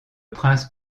prince